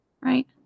right